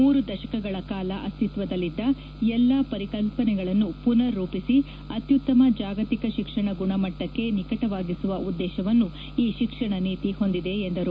ಮೂರು ದಶಕಗಳ ಕಾಲ ಅಸ್ತಿತ್ವದಲ್ಲಿದ್ದ ಎಲ್ಲ ಪರಿಕಲ್ಪನೆಗಳನ್ನು ಮನರ್ ರೂಪಿಸಿ ಅತ್ಯುತ್ತಮ ಜಾಗತಿಕ ಶಿಕ್ಷಣ ಗುಣಮಟ್ಟಕ್ಕೆ ನಿಕಟವಾಗಿಸುವ ಉದ್ದೇಶವನ್ನು ಶಿಕ್ಷಣ ನೀತಿ ಹೊಂದಿದೆ ಎಂದರು